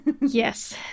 yes